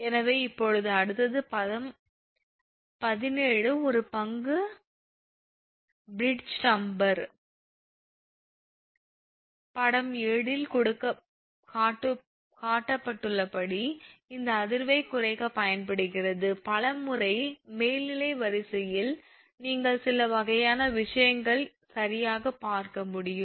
எனவே இப்போது அடுத்தது படம் 17 ஒரு பங்கு பிரிட்ஜ் டம்பர் படம் 7 இல் காட்டப்பட்டுள்ளபடி இந்த அதிர்வை குறைக்க பயன்படுகிறது பல முறை மேல்நிலை வரிசையில் நீங்கள் சில வகையான விஷயங்களை சரியாக பார்க்க முடியும்